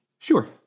Sure